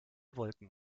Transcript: wolken